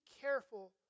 careful